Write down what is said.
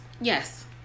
Yes